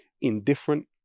indifferent